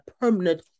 permanent